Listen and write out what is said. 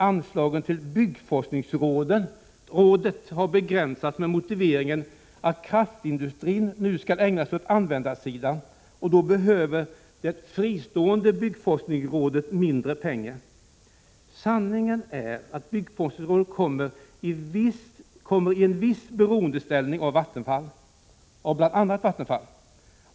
Anslagen till byggforskningsrådet har begränsats med motiveringen att kraftindustrin nu skall ägna sig åt användarsidan, och då behöver det fristående byggforskningsrådet mindre pengar. Sanningen är att byggforskningsrådet kommer i en viss beroendeställning till bl.a. Vattenfall.